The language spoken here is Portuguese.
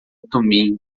tumim